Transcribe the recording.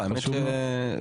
האמת אתה יודע,